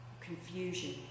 confusion